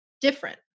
different